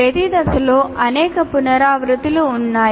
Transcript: ప్రతి దశలో అనేక పునరావృత్తులు ఉన్నాయి